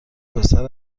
پسر